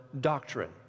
doctrine